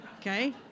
Okay